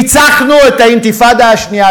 ניצחנו באינתיפאדה השנייה,